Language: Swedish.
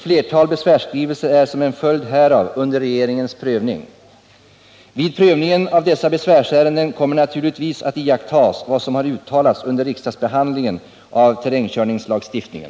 Flera besvärsskrivelser är som en följd härav under regeringens prövning. Vid prövningen av dessa besvärsärenden kommer naturligtvis att iakttas vad som har uttalats under riksdagsbehandlingen av terrängkörningslagstiftningen.